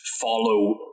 follow